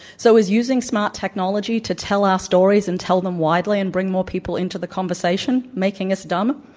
so is using smart technology to tell our stories and tell them widely and bring more people into the conversation making us dumb?